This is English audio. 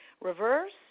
reverse